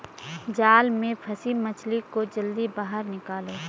जाल में फसी मछली को जल्दी बाहर निकालो